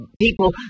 people